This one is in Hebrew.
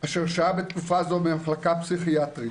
אשר שהה בתקופה זו במחלקה הפסיכיאטרית,